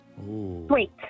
Sweet